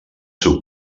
seu